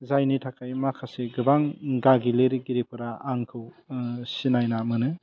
जायनि थाखाय माखासे गोबां गागि लिरगिरिफ्रा आंखौ सिनायना मोनो